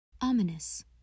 ominous